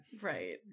Right